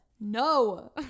No